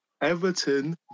Everton